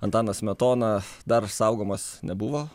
antanas smetona dar saugomas nebuvo